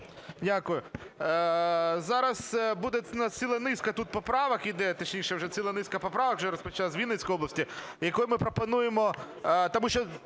Дякую. Зараз буде ціла низка тут поправок, іде, точніше, вже ціла низка поправок, вже розпочали з Вінницької області, якою ми пропонуємо... Тому що